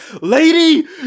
lady